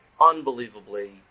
unbelievably